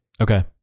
Okay